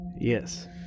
Yes